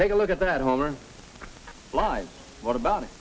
take a look at that home live what about it